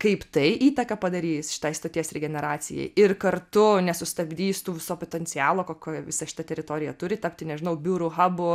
kaip tai įtaką padarys šitai stoties regeneracijai ir kartu nesustabdys tų viso potencialo ko kuo visa šita teritorija turi tapti nežinau biurų habu